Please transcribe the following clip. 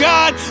God